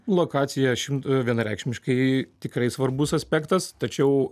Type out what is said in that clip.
lokacija šimt vienareikšmiškai tikrai svarbus aspektas tačiau